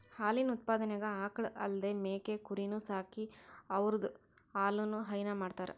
ಹಾಲಿನ್ ಉತ್ಪಾದನೆಗ್ ಆಕಳ್ ಅಲ್ದೇ ಮೇಕೆ ಕುರಿನೂ ಸಾಕಿ ಅವುದ್ರ್ ಹಾಲನು ಹೈನಾ ಮಾಡ್ತರ್